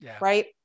Right